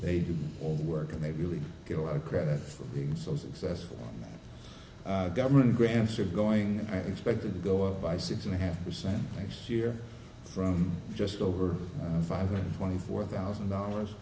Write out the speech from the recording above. they do all the work and they really get a lot of credit for being so successful government grants are going expected to go up by six and a half percent this year from just over five hundred twenty four thousand dollars